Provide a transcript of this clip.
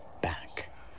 back